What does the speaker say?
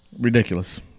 ridiculous